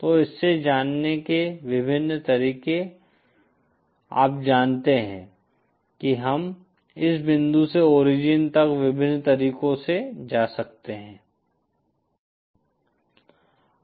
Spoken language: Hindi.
तो इससे जाने के विभिन्न तरीके आप जानते हैं कि हम इस बिंदु से ओरिजिन तक विभिन्न तरीकों से जा सकते हैं